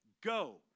go